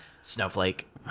Snowflake